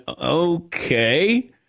okay